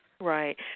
Right